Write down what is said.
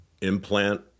implant